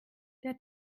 der